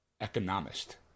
economist